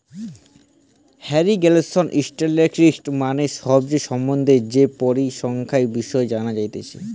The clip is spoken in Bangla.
ইরিগেশন স্ট্যাটিসটিক্স মানে সেচের সম্বন্ধে যে পরিসংখ্যানের বিষয় জানা যাতিছে